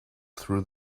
through